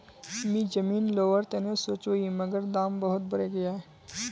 मी जमीन लोवर तने सोचौई मगर दाम बहुत बरेगये